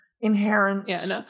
inherent